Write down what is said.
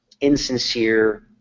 insincere